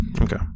okay